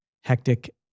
hectic